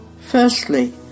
Firstly